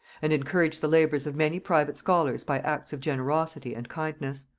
and encouraged the labors of many private scholars by acts of generosity and kindness.